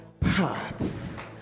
Paths